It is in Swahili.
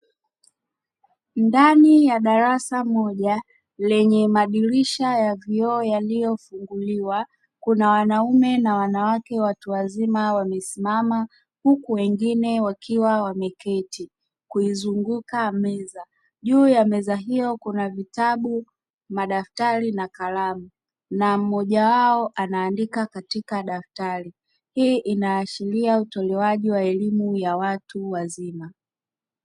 Ndani ya darasa moja lenye madirisha ya vioo yaliyofunguliwa, kuna wanaume na wanawake watu wazima wamesimama huku wengine wakiwa wameketi kuizunguka meza. Juu ya meza hiyo kuna vitabu, madaftari na kalamu na mmoja wao anaandika katika daftari. Hii inaashiria utolewaji wa elimu ya watu wazima.